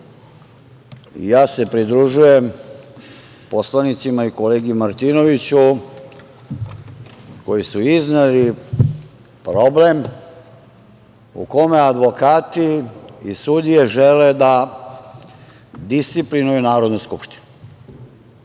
ja se pridružujem poslanicima i kolegi Martinoviću koji su izneli problem u kome advokati i sudije žele da disciplinuju Narodnu skupštinu.